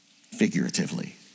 figuratively